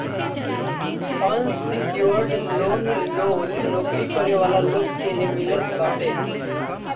unsecured loan loan नोकरी करे वाला लोग के ही मिलत बाटे